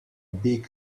big